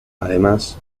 además